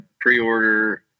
pre-order